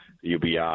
UBI